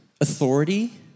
authority